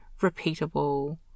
repeatable